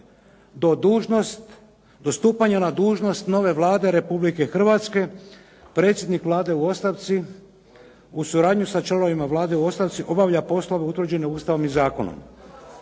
Do stupanja na dužnost nove Vlade Republike Hrvatske predsjednik Vlade u ostavci u suradnji sa članovima Vlade u ostavci obavlja poslove utvrđene Ustavom i zakonom.